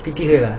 pretty weird lah